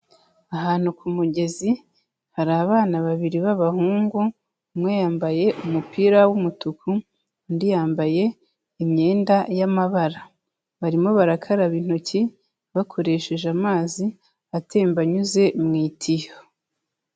Ahantu ku mugezi hari abana babiri b'abahungu, umwe yambaye umupira w'umutuku, undi yambaye imyenda y'amabara. Barimo barakaraba intoki bakoresheje amazi atemba anyuze mu itiyo.